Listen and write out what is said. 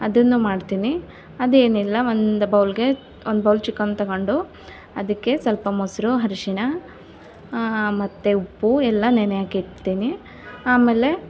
ಅದನ್ನು ಮಾಡ್ತೀನಿ ಅದೇನಿಲ್ಲ ಒಂದು ಬೌಲ್ಗೆ ಒಂದ್ ಬೌಲ್ ಚಿಕನ್ ತಗೊಂಡು ಅದಕ್ಕೆ ಸ್ವಲ್ಪ ಮೊಸರು ಅರಶಿಣ ಮತ್ತೆ ಉಪ್ಪು ಎಲ್ಲ ನೆನೆ ಹಾಕಿಡ್ತೀನಿ ಆಮೇಲೆ